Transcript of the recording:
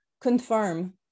confirm